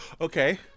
Okay